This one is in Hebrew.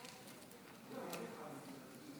איננה.